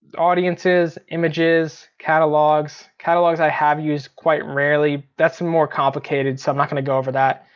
audiences, images, catalogs. catalogs i have used quite rarely, that's more complicated so i'm not gonna go over that.